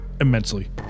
immensely